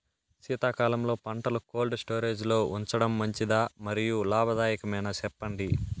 శీతాకాలంలో పంటలు cold storage లో ఉంచడం మంచిదా? మరియు లాభదాయకమేనా, సెప్పండి